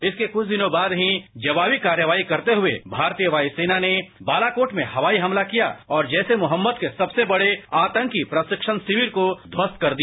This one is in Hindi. इसके कुछ दिनों बाद ही जवाबी कार्रवाई करते हुए भारतीय वायु सेना ने बालाकोट में हवाई हमला किया ओर जैश ए मोहम्मद के सबसे बड़े आतंकी प्रशिक्षण शिविर को ध्वस्थ कर दिया